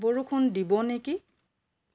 বৰষুুণ দিব নেকি